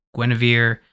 Guinevere